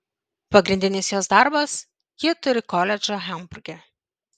pagrindinis jos darbas ji turi koledžą hamburge